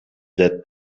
that